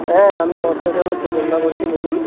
হ্যাঁ আমি অটোচালক তরুণদা বলছি বলুন